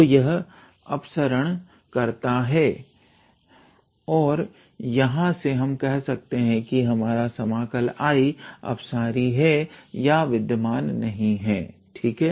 तो यह अपसरण करता है और यहां से हम कह सकते हैं कि हमारा समाकल I अपसारी हे या विद्यमान नहीं है ठीक है